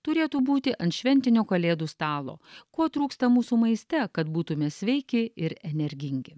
turėtų būti ant šventinio kalėdų stalo ko trūksta mūsų maiste kad būtume sveiki ir energingi